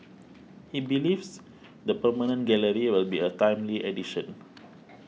he believes the permanent gallery will be a timely addition